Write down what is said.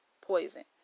poison